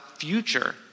future